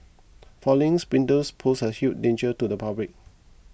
fallings windows pose a huge danger to the public